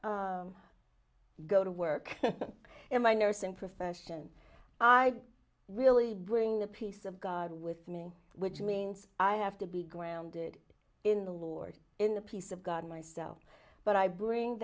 go to work in my nursing profession i really bring the peace of god with me which means i have to be grounded in the lord in the peace of god myself but i bring